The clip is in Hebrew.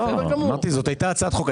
לא, זאת הייתה הצעת חוק.